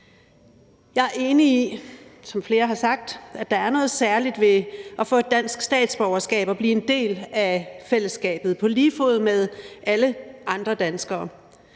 flere har sagt, er noget særligt ved at få et dansk statsborgerskab og blive en del af fællesskabet på lige fod med alle andre danskere.